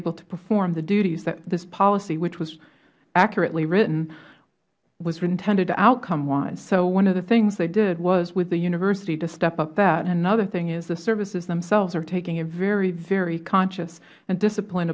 able to perform the duties that this policy which was accurately written was intended to outcome wise so one of the things they did was with the university to step up that and another thing is the services themselves are taking a very very conscious and disciplined